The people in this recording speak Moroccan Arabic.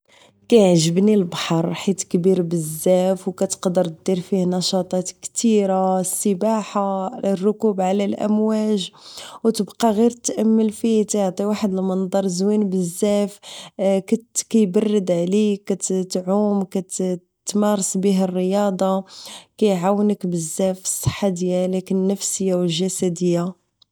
كيعجبني البحر حيت كبير بزاف و كتقدر دير فيه نشاطات كثيرة السباحة الركوب على الامواج و تبقى غير تأمل فيه واحد المنضر زوين بزاف كيبرد عليك كتعوم كتمارس به الرياضة كيعوانك بزاف فالصحة ديالك النفسية و الجسدية